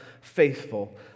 faithful